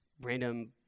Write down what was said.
random